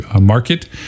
market